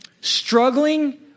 struggling